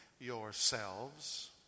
yourselves